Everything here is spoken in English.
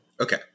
Okay